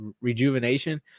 rejuvenation